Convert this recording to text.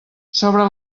sobre